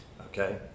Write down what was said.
okay